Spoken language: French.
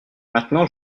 maintenant